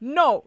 no